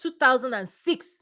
2006